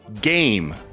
game